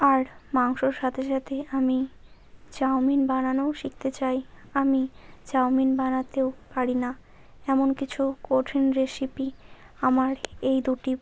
আর মাংসর সাথে সাথে আমি চাউমিন বানানোও শিখতে চাই আমি চাউমিন বানাতেও পারি না এমন কিছু কঠিন রেসিপি আমার এই দুটি